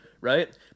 Right